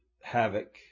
havoc